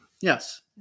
Yes